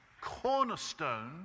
cornerstone